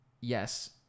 yes